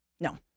No